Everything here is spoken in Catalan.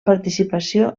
participació